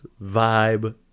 vibe